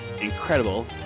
Incredible